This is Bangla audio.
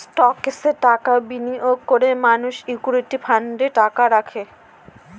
স্টকসে টাকা বিনিয়োগ করে মানুষ ইকুইটি ফান্ডে টাকা রাখে